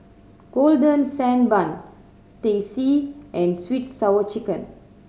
Golden Sand Bun Teh C and sweet sour chicken